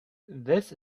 this